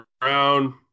Brown